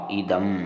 idam